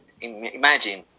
imagine